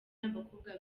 n’abakobwa